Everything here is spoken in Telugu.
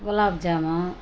గులాబ్జాము